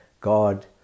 God